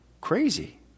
crazy